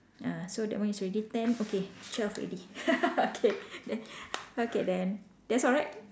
ah so that one is already ten okay twelve already okay then okay then that's all right